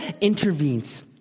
intervenes